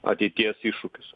ateities iššūkius